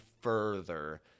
further